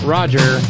Roger